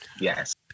yes